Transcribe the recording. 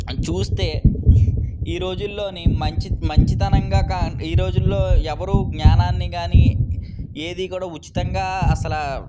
అది చూస్తే ఈ రోజుల్లోని మంచి మంచితనంగా గా ఎవరూ జ్ఞానాన్ని కానీ ఏదీ కూడా ఉచితంగా అసలు